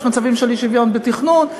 יש מצבים של אי-שוויון בתכנון,